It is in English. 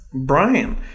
Brian